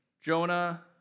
Jonah